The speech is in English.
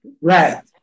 right